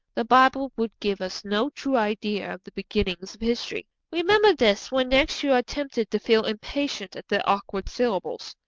the bible would give us no true idea of the beginnings of history. remember this when next you are tempted to feel impatient at the awkward syllables.